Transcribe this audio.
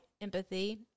empathy